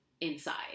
inside